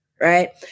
right